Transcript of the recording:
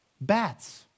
Bats